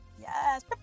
Yes